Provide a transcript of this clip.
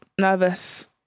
nervous